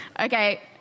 Okay